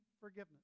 forgiveness